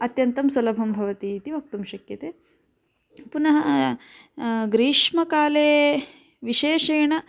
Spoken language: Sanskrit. अत्यन्तं सुलभं भवति इति वक्तुं शक्यते पुनः ग्रीष्मकाले विशेषेण